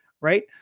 Right